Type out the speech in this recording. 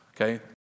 okay